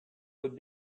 would